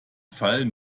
fall